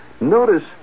Notice